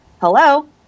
Hello